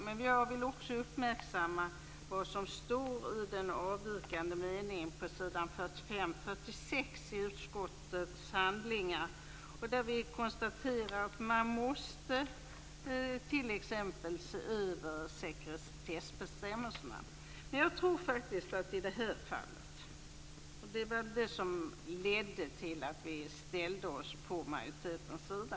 Men jag vill också uppmärksamma vad som står i den avvikande meningen på s. 45-46 i utskottets handlingar, där vi konstaterar att man måste t.ex. se över sekretessbestämmelserna. I det här fallet är det väl det som gjorde att vi ställde oss på majoritetens sida.